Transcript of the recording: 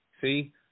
See